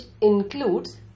includes